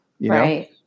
Right